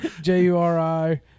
J-U-R-I